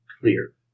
clear